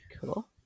cool